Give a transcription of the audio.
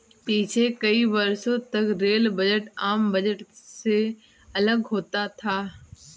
पिछले कई वर्षों तक रेल बजट आम बजट से अलग होता था